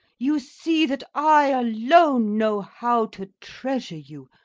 you see that i alone know how to treasure you.